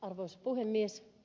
arvoisa puhemies